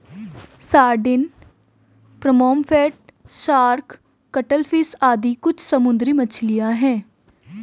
sardine, pomfret, shark, cuttlefish आदि कुछ समुद्री मछलियाँ हैं